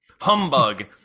Humbug